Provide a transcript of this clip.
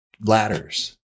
ladders